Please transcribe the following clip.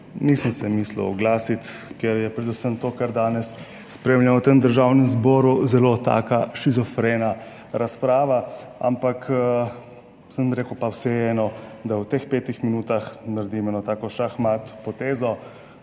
Nisem se mislil oglasiti, ker je predvsem to, kar danes spremljamo v Državnem zboru, taka zelo shizofrena razprava, ampak sem rekel, pa vseeno, da v teh petih minutah naredim eno tako šah mat potezo